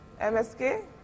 MSK